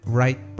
right